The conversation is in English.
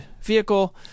vehicle